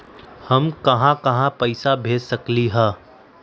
हम कहां कहां पैसा भेज सकली ह?